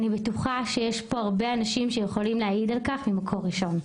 אני בטוחה שיש פה הרבה אנשים שיכולים להעיד על-כך ממקור ראשון.